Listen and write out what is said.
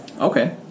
Okay